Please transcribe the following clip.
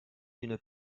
d’une